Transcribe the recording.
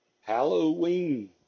Halloween